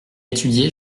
étudié